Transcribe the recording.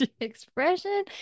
expression